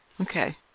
Okay